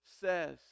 says